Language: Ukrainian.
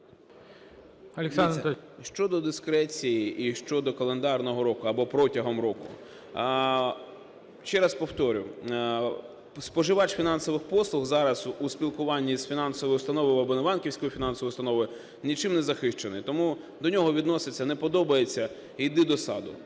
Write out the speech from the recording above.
щодо дискреції і щодо календарного року або протягом року. Ще раз повторю, споживач фінансових послуг зараз у спілкуванні з фінансовою установою або небанківською фінансовою установою нічим не захищений, тому до нього відносяться: не подобається – йди до саду.